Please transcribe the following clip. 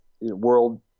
world